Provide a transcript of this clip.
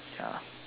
ya